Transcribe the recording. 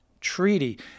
treaty